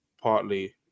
partly